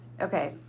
Okay